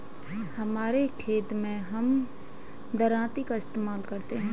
हमारे खेत मैं हम दरांती का इस्तेमाल करते हैं